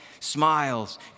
Smiles